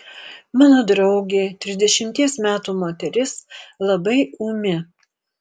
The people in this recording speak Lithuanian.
mano draugė trisdešimties metų moteris labai ūmi